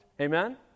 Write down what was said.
Amen